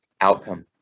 outcome